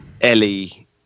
ellie